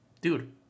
dude